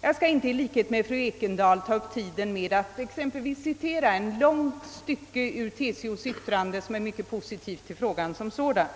Jag skall inte i likhet med fru Ekendahl ta upp tiden med att exempelvis citera ett långt stycke ur TCO:s yttrande som är mycket positivt till frågan som sådan,